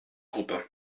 gruppe